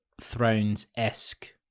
Thrones-esque